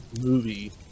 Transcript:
movie